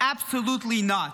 Absolutely not.